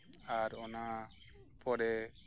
ᱟᱨ ᱚᱱᱟ ᱯᱚᱨᱮ